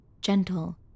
gentle